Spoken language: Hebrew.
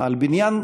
על הבניין